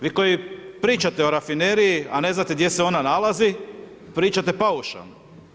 Vi koji pričate o Rafineriji a ne znate gdje se ona nalazi pričate paušalno.